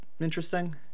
interesting